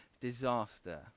disaster